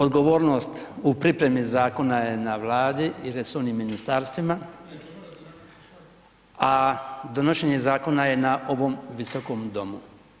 Odgovornost u pripremi zakona je na Vladi i resornim ministarstvima, a donošenje zakona je na ovom visokom domu.